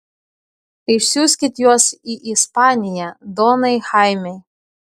išsiųskit juos į ispaniją donai chaime